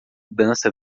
dança